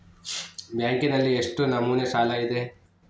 ಬ್ಯಾಂಕಿನಲ್ಲಿ ಎಷ್ಟು ನಮೂನೆ ಸಾಲ ಇದೆ?